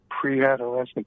pre-adolescent